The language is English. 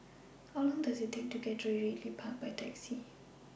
How Long Does IT Take to get to Ridley Park By Taxi